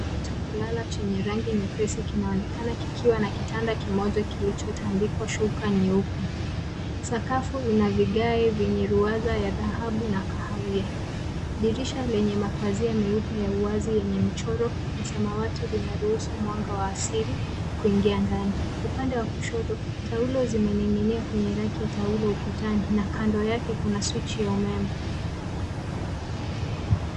Chumba cha kulala chenye rangi nyepesi kinaonekana kikiwa na kitanda kimoja kilicho tandikwa shuka nyeupe, sakafu ina vigae vyenye ruwaza ya dhahabu na kahawia dirisha lenye mapazia meupe ya uwazi yenye michoro ya samawati linaruhusu mwanga wa asili kuingia ndani, upande wa kushoto taulo zimening'inia kwenye raki ya taulo ukutani na kando yake kuna swichi ya umeme.